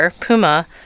puma